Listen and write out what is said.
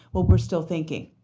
we're still thinking.